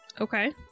Okay